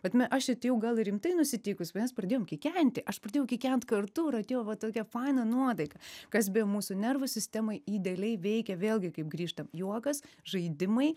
kad me aš čia atėjau gal ir rimtai nusiteikus mes pradėjome kikenti aš pradėjau kikent kartu ir atėjo vat tokia faina nuotaika kas be mūsų nervų sistemai idealiai veikia vėlgi kaip grįžtam juokas žaidimai